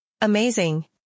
Amazing